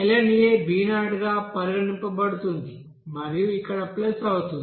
lna b0 గా పరిగణించబడుతుంది మరియు ఇక్కడ ప్లస్ అవుతుంది